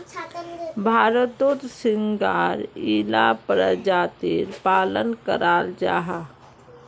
भारतोत झिंगार इला परजातीर पालन कराल जाहा